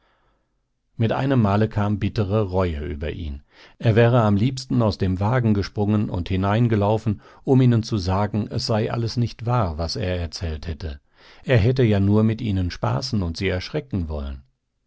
mit einem male kam bittere reue über ihn er wäre am liebsten aus dem wagen gesprungen und hineingelaufen um ihnen zu sagen es sei alles nicht wahr was er erzählt hätte er hätte ja nur mit ihnen spaßen und sie erschrecken wollen